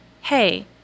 hey